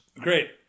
Great